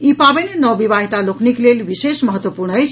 ई पावनि नव विवाहिता लोकनिक लेल विशेष महत्वपूर्ण अछि